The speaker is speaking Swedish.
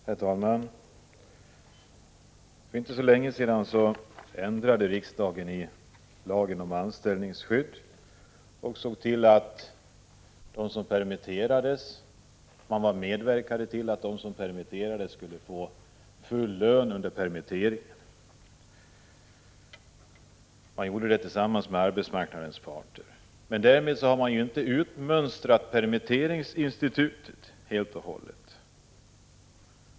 Herr talman! För inte så länge sedan ändrade riksdagen i lagen om anställningsskydd och medverkade därigenom till att de som permitteras skulle få full lön under permitteringen. Detta gjordes i samförstånd med arbetsmarknadens parter. Men därmed har man inte utmönstrat permitteringsinstitutet helt och hållet.